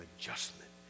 adjustment